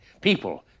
People